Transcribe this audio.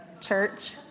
Church